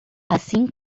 assim